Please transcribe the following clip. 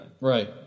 Right